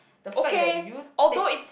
the fact that you take